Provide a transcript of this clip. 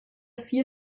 vier